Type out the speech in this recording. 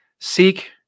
Seek